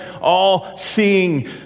all-seeing